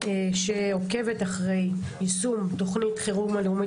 שעוקבת אחרי יישום תוכנית החירום הלאומית